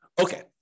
Okay